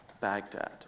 Baghdad